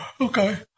Okay